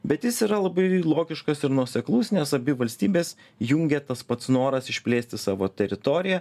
bet jis yra labai logiškas ir nuoseklus nes abi valstybes jungia tas pats noras išplėsti savo teritoriją